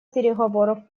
переговоров